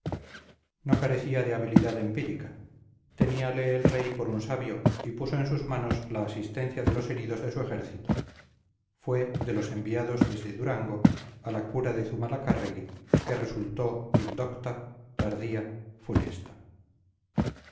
no carecía de habilidad empírica teníale el rey por un sabio y puso en sus manos la asistencia de los heridos de su ejército fue de los enviados desde durango a la cura de zumalacárregui que resultó indocta tardía funesta